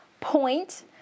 point